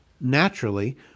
Naturally